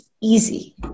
easy